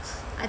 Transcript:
I